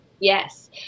Yes